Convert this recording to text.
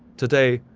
today,